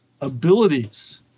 abilities